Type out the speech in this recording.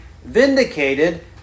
vindicated